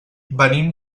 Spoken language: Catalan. venim